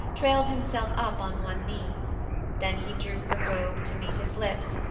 trailed himself up on one knee then he drew her robe to meet his lips,